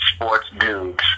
sportsdudes